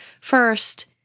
First